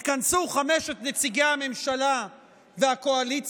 התכנסו חמשת נציגי הממשלה והקואליציה,